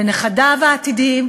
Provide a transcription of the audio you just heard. לנכדיו העתידיים,